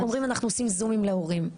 אומרים, אנחנו עושים זומים להורים.